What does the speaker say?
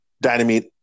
Dynamite